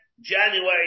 January